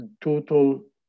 total